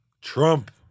Trump